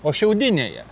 o šiaudinėje